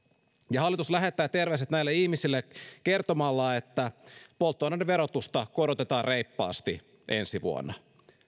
ja hallitus lähettää terveiset näille ihmisille kertomalla että polttoaineiden verotusta korotetaan reippaasti ensi vuonna